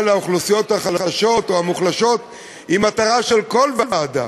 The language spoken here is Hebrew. לאוכלוסיות החלשות או המוחלשות היא מטרה של כל ועדה.